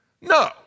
No